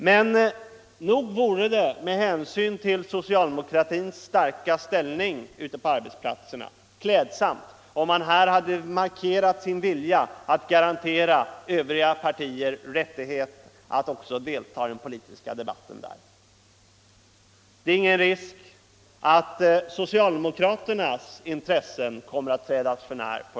Men nog vore det klädsamt om de, med hänsyn till den starka ställning socialdemokraterna har ute på arbetsplatserna, hade markerat sin vilja att garantera Övriga partier rätt att också delta i den politiska debatten där. Det är ingen risk att socialdemokraternas intresse kommer att trädas för när.